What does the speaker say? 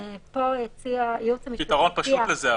יש לי פתרון פשוט לזה,